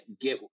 get